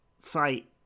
fight